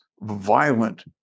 violent